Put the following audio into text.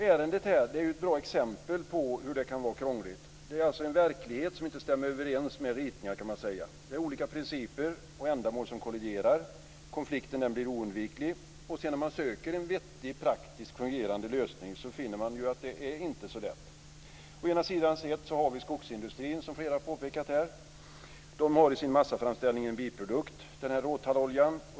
Dagens ärende är ett bra exempel på hur krångligt det kan vara. Verkligheten stämmer alltså inte överens med ritningarna. Det är olika principer och ändamål som kolliderar. Konflikten blir oundviklig. När man sedan söker en vettig, fungerande och praktisk lösning finner man att det inte är så lätt. Å ena sidan har vi skogsindustrin, som flera här har påpekat. I sin massaframställning får man fram en biprodukt, råtallolja.